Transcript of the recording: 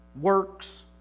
works